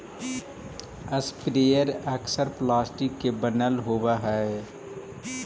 sprayer अक्सर plastic के बनल होवऽ हई